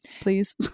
please